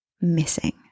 missing